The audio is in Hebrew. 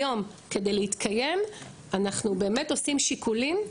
היום כדי להתקיים אנחנו באמת עושים שיקולים,